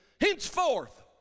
Henceforth